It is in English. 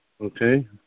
okay